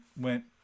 went